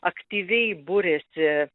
aktyviai buriasi